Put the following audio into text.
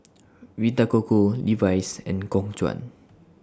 Vita Coco Levi's and Khong Guan